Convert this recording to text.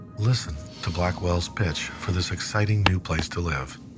listen to blackwell's pitch for this exciting new place to live.